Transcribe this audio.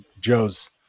Joe's